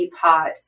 pot